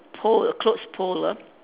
pole a clothes pole lah